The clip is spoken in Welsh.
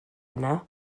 yna